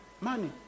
Money